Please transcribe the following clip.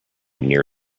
near